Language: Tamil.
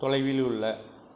தொலைவில் உள்ள